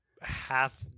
half